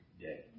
day